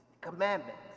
commandments